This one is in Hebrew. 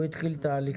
הוא כבר התחיל תהליך.